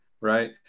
right